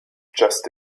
just